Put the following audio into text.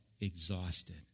exhausted